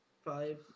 five